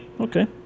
Okay